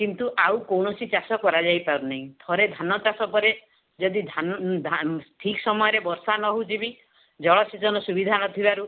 କିନ୍ତୁ ଆଉ କୌଣସି ଚାଷ କରାଯାଇ ପାରୁନି ଥରେ ଧାନ ଚାଷ ପରେ ଯଦି ଧାନ ଠିକ୍ ସମୟ ରେ ବର୍ଷା ନ ହେଉଛି ବି ଜଳସେଚନର ସୁବିଧା ନଥିବାରୁ